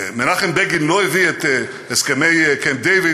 מנחם בגין לא הביא את הסכמי קמפ-דייוויד